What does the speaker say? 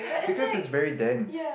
because it's very dense